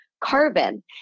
carbon